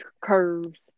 curves